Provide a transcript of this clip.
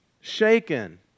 shaken